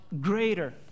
greater